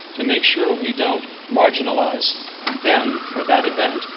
to make sure we don't marginalize them for that event,